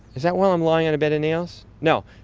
is that where i'm lying on a bed of nails? no,